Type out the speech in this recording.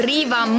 Riva